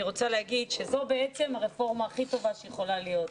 אני רוצה לומר שזו בעצם רפורמה הכי טובה שיכולה להיות.